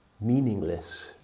meaningless